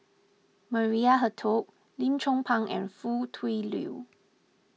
Maria Hertogh Lim Chong Pang and Foo Tui Liew